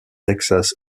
texas